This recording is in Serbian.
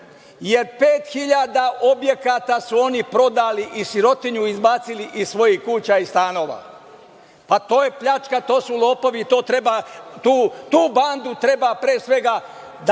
jer 5.000 objekata su oni prodali i sirotinju izbacili iz svojih kuća i stanova. To je pljačka, to su lopovi. Tu bandu treba, pre svega, da